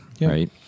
right